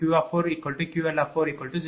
004 p